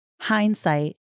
Hindsight